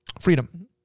freedom